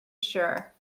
sure